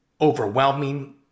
overwhelming